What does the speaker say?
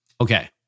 Okay